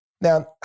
Now